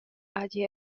hagi